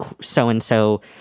so-and-so